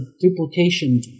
duplication